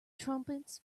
trumpets